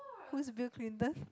who's Bill-Clinton